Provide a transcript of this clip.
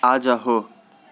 आज हो